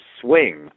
swing